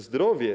Zdrowie.